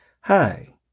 Hi